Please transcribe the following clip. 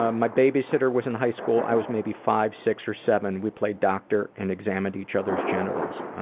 ah my babysitter was in high school. i was maybe five, six, or seven. we played doctor and examined each other's genitals.